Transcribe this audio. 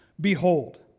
Behold